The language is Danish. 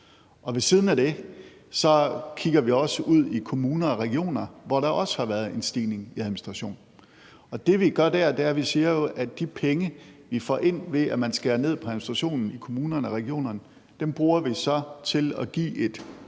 Ved siden af det kigger vi også ud i kommuner og regioner, hvor der også har været en stigning i administration. Og det, vi gør der, er, at vi jo siger, at de penge, vi får ind, ved at man skærer ned på administrationen i kommunerne og regionerne, bruger vi så til at give et